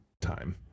time